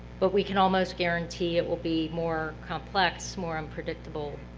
but we can almost guarantee it will be more complex, more unpredictable,